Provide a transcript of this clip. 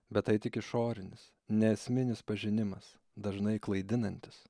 bet tai tik išorinis neesminis pažinimas dažnai klaidinantis